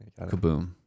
Kaboom